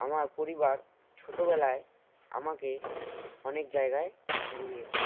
আমার পরিবার ছোটোবেলায় আমাকে অনেক জায়গায় ঘুরিয়েছে